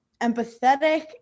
empathetic